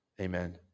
Amen